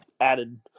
added